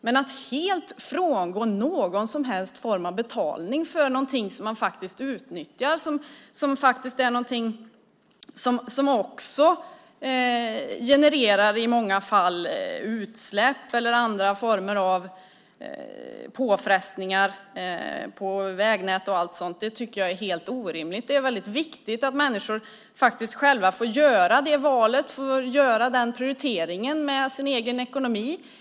Men att helt frångå någon som helst form av betalning för någonting som man utnyttjar och som också i många fall genererar utsläpp eller andra påfrestningar på vägnät och sådant tycker jag är helt orimligt. Det är väldigt viktigt att människor själva får göra det valet och göra den prioriteringen utifrån sin egen ekonomi.